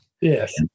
Yes